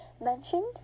mentioned